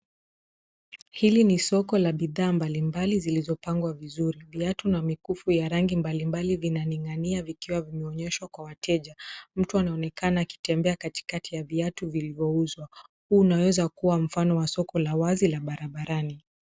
Hili ni soko la bidhaa mbali mbali zilizopangwa vizuri. viatu na mikufu ya rangi mbali mbali ,vinaningania vikiwa vimeonyeshwa kwa wateja ,Mtu anaonekana akitembea katikati ya viatu vilivouzwa. Huu unaweza kuwa mfano wa soko la wazi la barabarani.